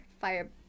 fire